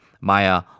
maya